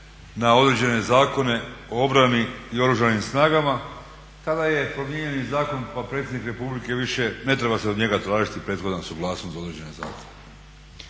na određene Zakona o obrani i o Oružanim snagama, tada je promijenjeni zakon pa predsjednik Republike više ne treba se od njega tražiti prethodna suglasnost za određene zakone.